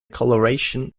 coloration